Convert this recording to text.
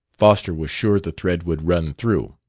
foster was sure the thread would run through.